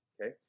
Okay